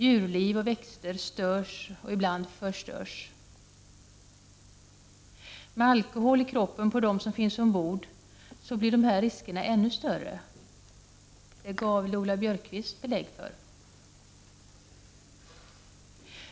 Djurliv och växter störs och förstörs ibland. Alkohol i kroppen på dem som finns ombord gör dessa risker ännu större. Det gav Lola Björkquist belägg för i sitt anförande.